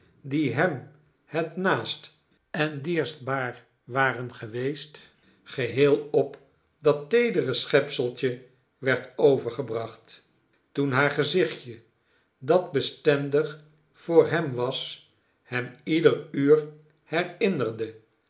die hem het naast en dierbaarst waren geweest geheel op dat teedere schepseltje werd overgebracht toen haar gezichtje dat bestendig voor hem was hem ieder uur herinnerde